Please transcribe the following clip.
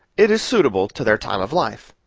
it is suitable to their time of life.